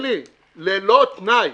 ללא תנאי.